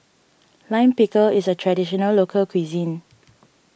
Lime Pickle is a Traditional Local Cuisine